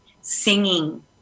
singing